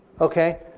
Okay